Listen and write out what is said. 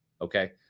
Okay